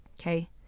okay